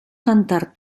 cantar